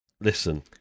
Listen